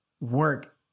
work